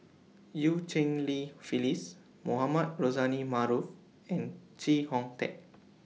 EU Cheng Li Phyllis Mohamed Rozani Maarof and Chee Hong Tat